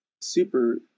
super